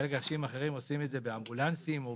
במקומות אחרים עושים את זה באמבולנסים או